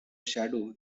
shadow